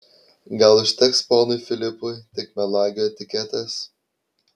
gal užteks ponui filipui tik melagio etiketės